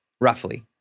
Roughly